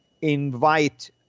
invite